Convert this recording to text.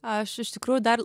aš iš tikrųjų dar